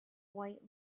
white